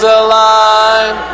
alive